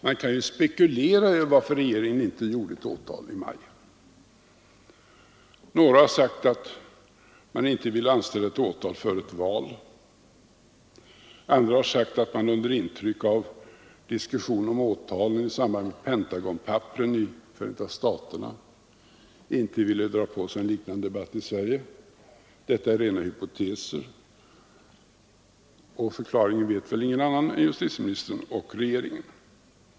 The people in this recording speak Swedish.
Man kan spekulera i varför regeringen inte i maj föranstaltade om åtal. Några har sagt att man inte ville anställa åtal före ett val. Andra har sagt att man under intryck av diskussionen om åtal i samband Pentagonpapperen i Förenta staterna inte ville dra på sig en liknande debatt i Sverige. Det är rena hypoteser, och förklaringen vet väl ingen annan än justitieministern och regeringen.